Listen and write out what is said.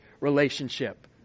relationship